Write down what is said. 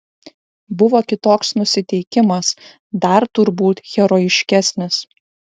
buvo kitoks nusiteikimas dar turbūt herojiškesnis